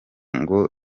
ngo